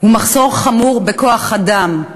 מחסור חמור בכוח-אדם,